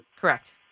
Correct